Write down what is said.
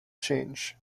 change